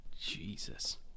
Jesus